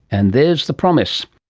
and there's the promise